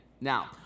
Now